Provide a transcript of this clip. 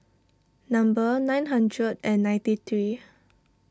number nine hundred and ninety three